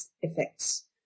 effects